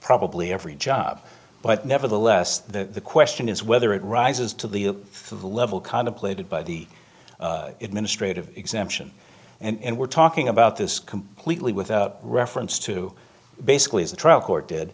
probably every job but nevertheless the question is whether it rises to the through the level contemplated by the administrative exemption and we're talking about this completely without reference to basically as the trial court did